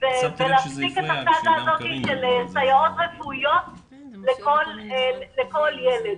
ולהפסיק את הסאגה הזאת של סייעות רפואיות לכל ילד.